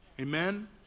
Amen